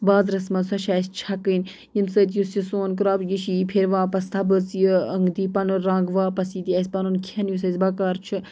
بازرَس منٛز سۄ چھِ اَسہِ چھَکٕنۍ ییٚمہِ سۭتۍ یُس یہِ سون کرٛاپ یہِ چھ یہِ پھِر واپَس تَبٕژ یہِ دی پَنُن رَنٛگ واپَس یہِ دی اَسہِ پَنُن کھٮ۪ن یُس اَسہِ بَکار چھُ